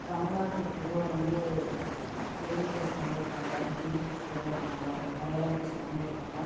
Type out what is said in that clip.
தமிழ்நாட்டில் பொதுவாக வந்து தெலுங்கு பேசுகிறவங்க இருக்காங்க இந்தி பேசுகிறவங்க இருக்காங்க மலையாளம் பேசுறவர்களும் இருக்காங்க